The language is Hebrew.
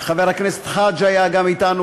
חבר הכנסת חאג' יחיא גם היה אתנו